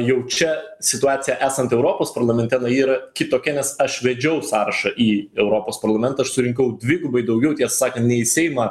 jau čia situacij esant europos parlamente yra kitokia nes aš vedžiau sąrašą į europos parlamentą aš surinkau dvigubai daugiau tiesą sakant nei į seimą